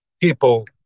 people